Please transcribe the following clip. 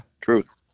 Truth